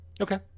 okay